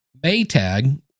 Baytag